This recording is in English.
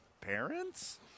parents